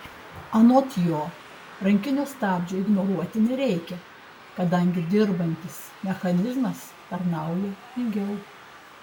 anot jo rankinio stabdžio ignoruoti nereikia kadangi dirbantis mechanizmas tarnauja ilgiau